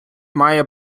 має